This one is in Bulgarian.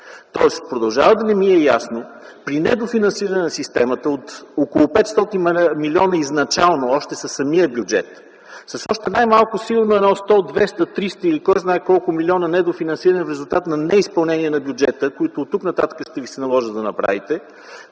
Тоест продължава да не ми е ясно, при недофинансиране на системата от около 500 милиона изначално още със самия бюджет, с още най-малко сигурно едно 100, 200, 300, или кой знае колко милиона недофинансиране в резултат на неизпълнение на бюджета, които оттук нататък ще ви се наложи да направите,